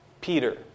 Peter